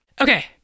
Okay